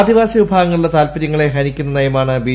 ആദിവാസി വിഭാഗങ്ങള്ളിട്ടെ താ്ൽപര്യങ്ങളെ ഹനിക്കുന്ന നയമാണ് ബി